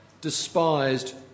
despised